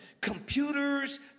computers